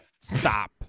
Stop